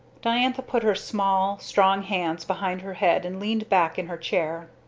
diantha put her small, strong hands behind her head and leaned back in her chair.